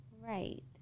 Right